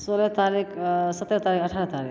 सोलह तारीख सतरह तारीख अठारह तारीख